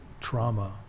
trauma